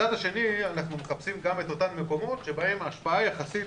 מהצד השני אנחנו מחפשים גם את אותם מקומות שבהם ההשפעה יחסית